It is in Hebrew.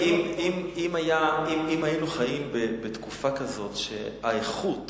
אם היינו חיים בתקופה כזאת שהאיכות